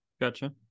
Gotcha